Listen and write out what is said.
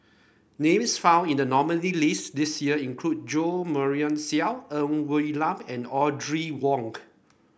names found in the nominee list this year include Jo Marion Seow Ng Woon Lam and Audrey Wonk